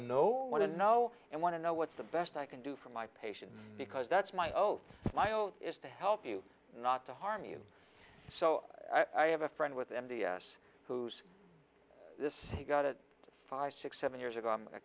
know what to know and want to know what's the best i can do for my patients because that's my oath lyle is to help you not to harm you so i have a friend with m d s who's this he got it five six seven years ago